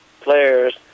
players